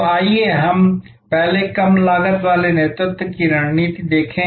तो आइए हम पहले कम लागत वाले नेतृत्व की रणनीति देखें